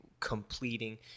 completing